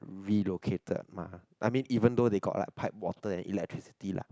relocated mah I mean even though they got like pipewater and electricity lah